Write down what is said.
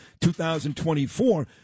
2024